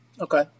Okay